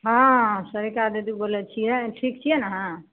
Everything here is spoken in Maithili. हँ सरिता दीदी बोलैत छियै ठीक छियै ने अहाँ